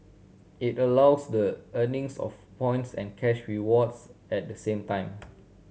it allows the earnings of points and cash rewards at the same time